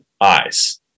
eyes